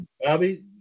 Bobby